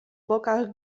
bokach